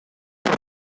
por